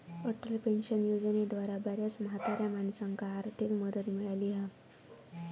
Atal pension योजनेद्वारा बऱ्याच म्हाताऱ्या माणसांका आर्थिक मदत मिळाली हा